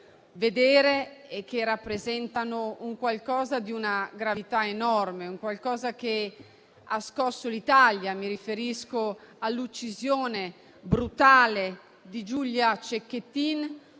e che rappresentano qualcosa di una gravità enorme, un qualcosa che ha scosso l'Italia. Mi riferisco all'uccisione brutale di Giulia Cecchettin,